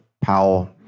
Powell